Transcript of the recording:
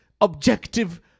objective